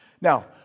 Now